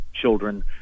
children